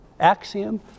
axiom